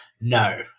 No